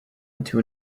into